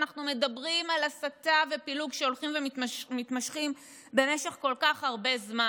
אנחנו מדברים על הסתה ופילוג שהולכים ומתמשכים כל כך הרבה זמן,